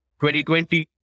2020